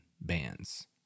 bands